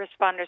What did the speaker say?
responders